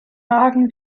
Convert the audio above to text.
magen